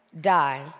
die